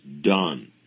done